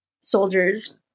soldiers